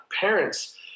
parents